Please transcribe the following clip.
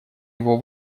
его